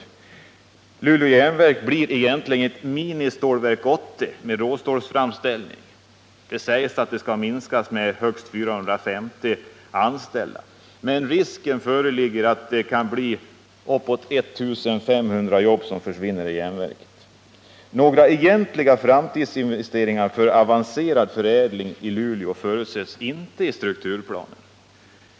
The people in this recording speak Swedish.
Järnverket i Luleå blir egentligen ett mini-Stålverk 80 med råstålsframställning. Det sägs att antalet anställda skall minska med högst 450, men risk föreligger för att det kan bli uppåt 1 500 jobb som försvinner vid järnverket. Några egentliga framtidsinvesteringar för avancerad förädling i Luleå förutses inte i strukturplanen.